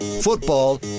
Football